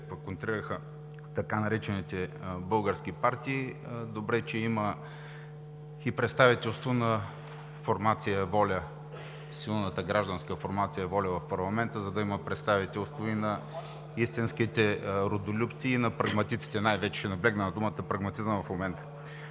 пък контрираха така наречените „български партии“. Добре че има и представителство на силната гражданска формация „Воля“ в парламента, за да има представителство и на истинските родолюбци и най-вече на прагматиците – ще наблегна на думата „прагматизъм“ в момента.